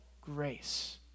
grace